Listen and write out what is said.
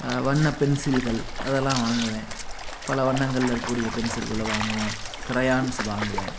வண்ணப் பென்சில்கள் அதெல்லாம் வாங்குவேன் பல வண்ணங்களில் இருக்கக்கூடிய பெசில்களை வாங்குவேன் க்ரையான்ஸ் வாங்குவேன்